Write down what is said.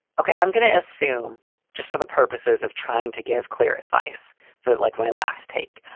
ok, i'm going to assume just for the purposes of trying to give clear advice for that, like my last take,